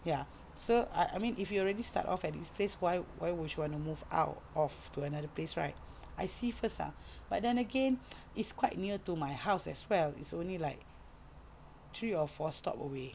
ya so I mean if you already start off at this place why why would you want to move out of to another place right I see first ah but then again it's quite near to my house as well it's only like three or four stops away